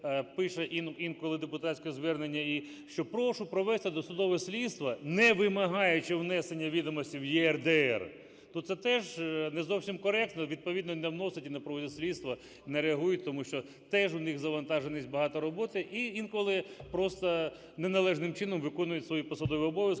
пише інколи депутатське звернення, що прошу провести досудове слідство, не вимагаючи внесення відомостей в ЄРДР, то це теж не зовсім коректно, відповідно, не вносить і не проводить слідства, не реагують, тому що теж у них завантаженість, багато роботи. І інколи просто неналежним чином виконують свої посадові обов'язки,